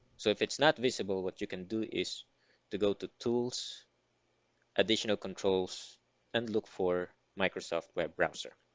so if it's not visible, what you can do is to go to tools additional controls and look for microsoft web browser